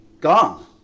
gone